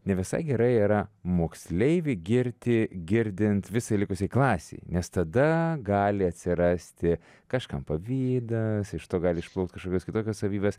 ne visai gerai yra moksleivį girti girdint visai likusiai klasei nes tada gali atsirasti kažkam pavydas iš to gali išplaukt kažkokios kitokios savybės